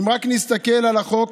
אם רק נסתכל על החוק